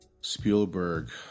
Spielberg